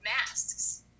masks